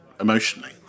emotionally